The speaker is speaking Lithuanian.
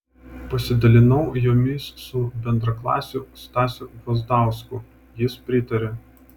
pasidalinau jomis su bendraklasiu stasiu gvazdausku jis pritarė